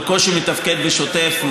הוא בקושי מתפקד בשוטף,